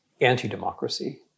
anti-democracy